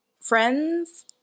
Friends